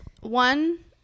one